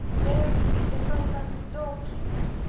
there is the sultan's door-keeper!